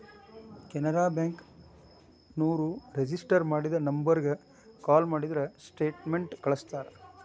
Canara bank ನೋರು register ಮಾಡಿದ ನಂಬರ್ಗ ಕಾಲ ಮಾಡಿದ್ರ ಸ್ಟೇಟ್ಮೆಂಟ್ ಕಳ್ಸ್ತಾರ